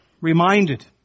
reminded